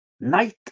night